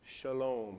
shalom